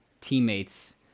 teammates